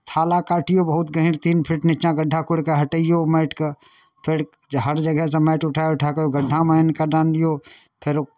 थाला काटियौ बहुत गहीँर तीन फीट नीचाँ गड्ढा कोरि कऽ हटैयौ माटिकेँ फेर हर जगहसँ माटि उठा उठा कऽ गड्ढामे आनि कऽ डालियौ फेर